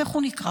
איך הוא נקרא?